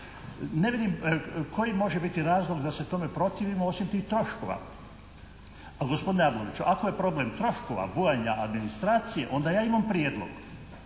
Ne vidim koji može biti razlog da se tome protivimo osim tih troškova. Gospodine Arloviću ako je problem troškova, bujanja administracije, onda ja imam prijedlog.